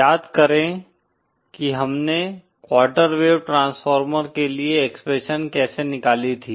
याद करें कि हमने क्वार्टर वेव ट्रांसफॉर्मर के लिए एक्सप्रेशन कैसे निकाली थी